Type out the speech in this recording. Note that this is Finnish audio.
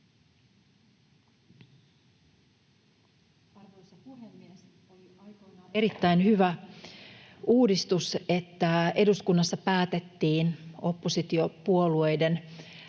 erittäin hyvä uudistus, että eduskunnassa päätettiin oppositiopuolueiden